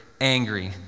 angry